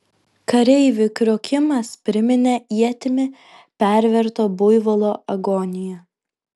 kareivių kriokimas priminė ietimi perverto buivolo agoniją